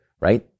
Right